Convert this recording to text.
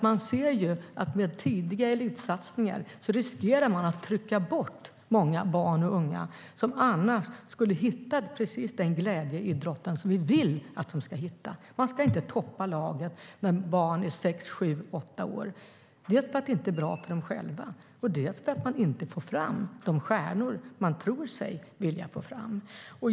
Man ser ju att med tidiga elitsatsningar riskerar många barn och unga att skrämmas bort som annars skulle ha hittat den glädje i idrotten som vi vill att de ska hitta. Man ska inte toppa lagen när barn är sex åtta år dels för att det inte är bra för dem själva, dels för att man inte får fram de stjärnor som man tror sig kunna få fram.